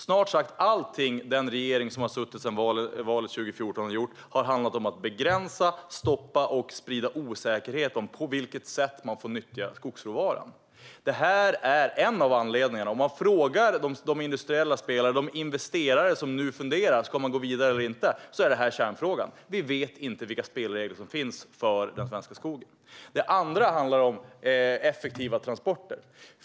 Snart sagt allt den regering som har suttit sedan valet 2014 har gjort har handlat om att begränsa, stoppa och sprida osäkerhet om på vilket sätt man får nyttja skogsråvaran. Om man frågar de industriella spelare och investerare som nu funderar på om de ska gå vidare eller inte är detta kärnfrågan: Vi vet inte vilka spelregler som finns för den svenska skogen. Det andra handlar om effektiva transporter.